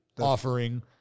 offering